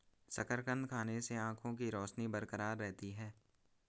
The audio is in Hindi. शकरकंद खाने से आंखों के रोशनी बरकरार रहती है